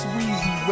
Weezy